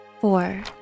Four